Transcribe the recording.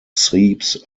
seeps